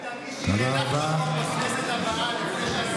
אולי תדאגי שיהיה לך מקום בכנסת הבאה,